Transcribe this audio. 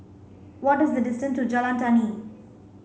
what is the distance to Jalan Tani